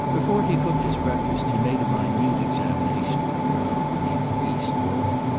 before he cooked his breakfast he made a minute examination of the ground beneath the east wall,